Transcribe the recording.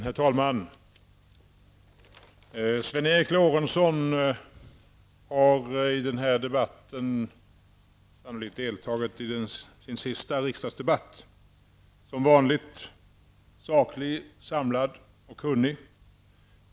Herr talman! Sven Erik Lorentzon har i och med den här debatten sannolikt deltagit i sin sista riksdagsdebatt. Som vanligt har han varit saklig, samlad och kunnig.